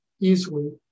easily